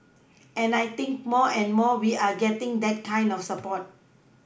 and I think more and more we are getting that kind of support